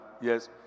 Yes